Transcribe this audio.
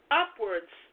upwards